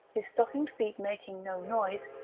his stockinged feet making no noise,